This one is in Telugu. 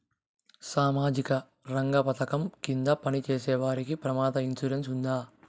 సామాజిక రంగ పథకం కింద పని చేసేవారికి ప్రమాద ఇన్సూరెన్సు ఉందా?